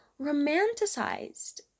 romanticized